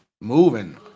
moving